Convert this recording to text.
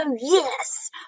yes